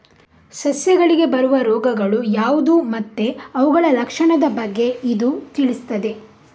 ಸಸ್ಯಗಳಿಗೆ ಬರುವ ರೋಗಗಳು ಯಾವ್ದು ಮತ್ತೆ ಅವುಗಳ ಲಕ್ಷಣದ ಬಗ್ಗೆ ಇದು ತಿಳಿಸ್ತದೆ